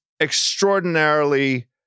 extraordinarily